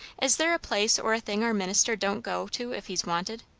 is there a place or a thing our minister don't go to if he's wanted?